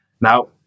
now